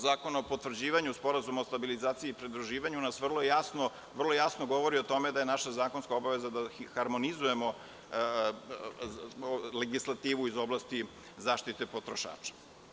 Zakona o potvrđivanju Sporazuma o stabilizaciji i pridruživanju vrlo jasno govori o tome da je naša zakonska obaveza da harmonizujemo legislativu iz oblasti zaštite potrošača.